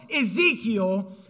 Ezekiel